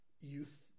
youth